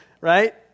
right